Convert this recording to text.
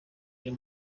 iyo